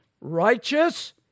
righteous